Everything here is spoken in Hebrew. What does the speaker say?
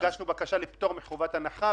הגשנו בקשה לפטור מחובת הנחה,